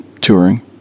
touring